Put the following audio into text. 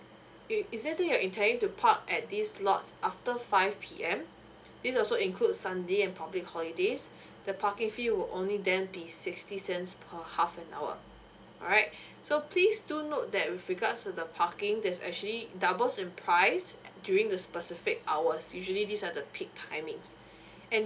if let's say you're intending to park at these lots after five P_M this also include sunday and public holidays the parking fee will only then be sixty cents per half an hour alright so please do note that with regards to the parking that's actually double in price during the specific hours usually this are the peak timings and